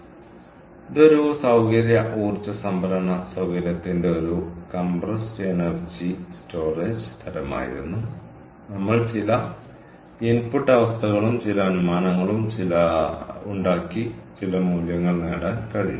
അതിനാൽ ഇത് ഒരു സൌകര്യ ഊർജ്ജ സംഭരണ സൌകര്യത്തിന്റെ ഒരു കംപ്രസ്ഡ് എയർ എനർജി സ്റ്റോറേജ് തരമായിരുന്നു നമ്മൾ ചില ഇൻപുട്ട് അവസ്ഥകളും ചില അനുമാനങ്ങളും ചില അനുമാനങ്ങളും ഉണ്ടാക്കി ചില മൂല്യങ്ങൾ നേടാൻ കഴിയും